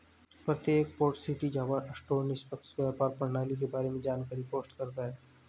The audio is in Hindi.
प्रत्येक पोर्ट सिटी जावा स्टोर निष्पक्ष व्यापार प्रणाली के बारे में जानकारी पोस्ट करता है